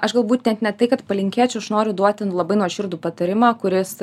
aš galbūt net ne tai kad palinkėčiau aš noriu duoti labai nuoširdų patarimą kuris